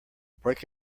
break